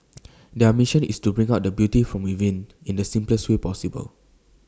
their mission is to bring out the beauty from within in the simplest way possible